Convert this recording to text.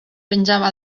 penjava